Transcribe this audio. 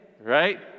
right